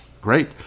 Great